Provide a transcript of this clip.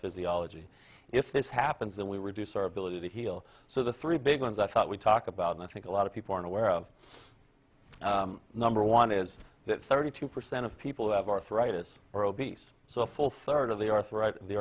physiology if this happens that we reduce our ability to heal so the three big ones i thought we talked about and i think a lot of people aren't aware of number one is that thirty two percent of people who have arthritis or obese so a full third of the arthritis the